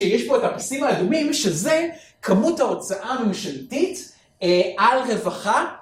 שיש פה את הפסים האדומים שזה כמות ההוצאה הממשלתית על רווחה.